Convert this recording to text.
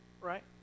right